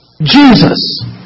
Jesus